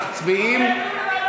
זה מפני שאני חרדי,